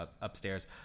upstairs